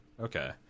Okay